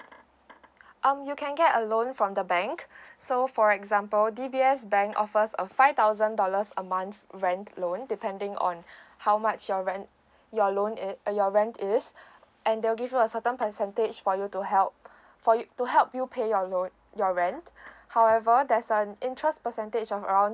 um you can get a loan from the bank so for example D_B_S bank offers a five thousand dollars a month rent loan depending on how much your rent your loan is your rent is and they will give you a certain percentage for you to help for you to help you pay your loan your rent however there's an interest percentage of around